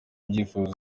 byifuzo